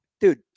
Dude